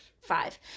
five